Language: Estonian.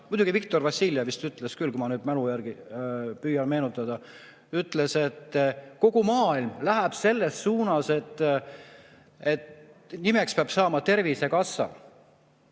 esitanud, Viktor Vassiljev vist ütles küll – ma nüüd mälu järgi püüan meenutada –, et kogu maailm läheb selles suunas, et nimeks peab saama tervisekassa.